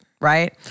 Right